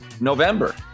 November